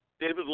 David